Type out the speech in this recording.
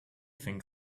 think